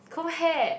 comb hair